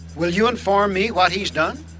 will you inform me what he's done?